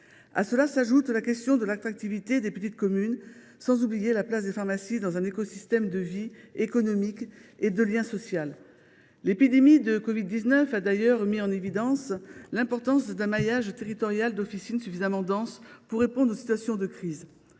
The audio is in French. À cela s’ajoute la question de l’attractivité des petites communes, sans oublier la place des pharmacies dans l’écosystème de la vie économique et leur importance dans le lien social. L’épidémie de covid 19 a d’ailleurs mis en évidence qu’il est important de disposer d’un maillage territorial d’officines suffisamment dense pour répondre aux situations de crise.